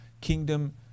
kingdom